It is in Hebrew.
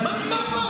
איזה פרצוף זה?